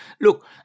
look